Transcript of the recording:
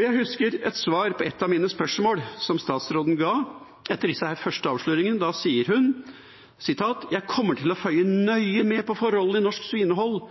Jeg husker et svar på et av mine spørsmål, som statsråden ga etter disse første avsløringene. Da sa hun: «Jeg kommer til å følge nøye med på forholdene i norsk svinehold